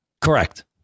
correct